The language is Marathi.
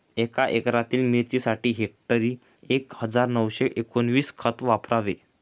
एका एकरातील मिरचीसाठी हेक्टरी एक हजार नऊशे एकोणवीस खत वापरावे